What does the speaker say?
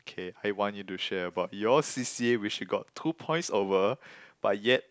okay I want you to share about your c_c_a which you got two points over but yet